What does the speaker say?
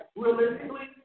realistically